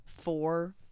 four